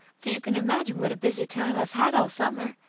for you can imagine what a busy time i've had all summer,